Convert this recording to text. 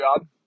job